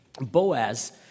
Boaz